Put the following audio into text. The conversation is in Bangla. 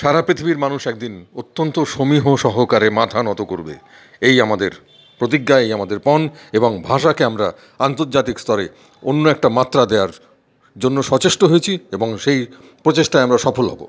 সারা পৃথিবীর মানুষ একদিন অত্যন্ত সমীহ সহকারে মাথা নত করবে এই আমাদের প্রতিজ্ঞা এই আমাদের পণ এবং ভাষাকে আমরা আন্তর্জাতিক স্তরে অন্য একটা মাত্রা দেওয়ার জন্য সচেষ্ট হয়েছি এবং সেই প্রচেষ্টায় আমরা সফল হবো